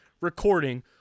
recording